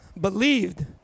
believed